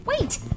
Wait